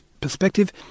perspective